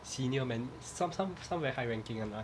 senior man some some some very high ranking [one] right